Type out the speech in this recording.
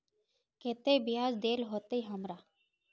केते बियाज देल होते हमरा?